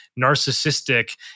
narcissistic